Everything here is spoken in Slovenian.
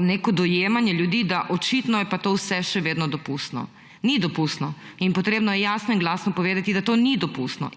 neko dojemanje ljudi, da očitno je pa to vse še vedno dopustno. Ni dopustno in treba je jasno in glasno povedati, da to ni dopustno,